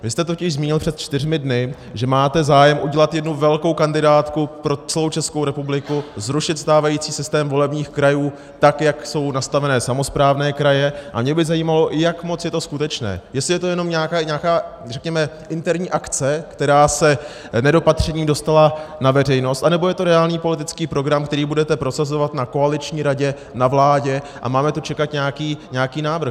Vy jste totiž zmínil před čtyřmi dny, že máte zájem udělat jednu velkou kandidátku pro celou Českou republiku, zrušit stávající systém volebních krajů, tak jak jsou nastaveny samosprávné kraje, a mě by zajímalo, jak moc je to skutečné, jestli je to jenom nějaká řekněme interní akce, která se nedopatřením dostala na veřejnost, anebo je to reálný politický program, který budete prosazovat na koaliční radě, na vládě, a máme tu čekat nějaký návrh.